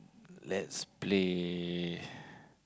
let's play